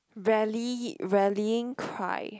rally rallying cry